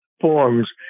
forms